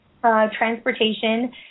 transportation